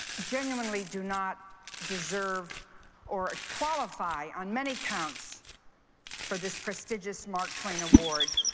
genuinely do not deserve or qualify on many counts for this prestigious mark twain award,